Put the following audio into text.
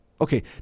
Okay